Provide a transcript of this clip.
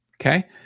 okay